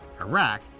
Iraq